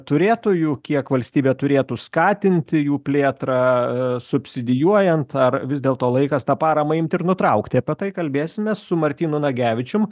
turėtojų kiek valstybė turėtų skatinti jų plėtrą subsidijuojant ar vis dėlto laikas tą paramą imti ir nutraukti apie tai kalbėsime su martynu nagevičium